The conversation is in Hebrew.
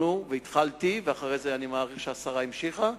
התחלתי, ואני מעריך שהשרה המשיכה בזה.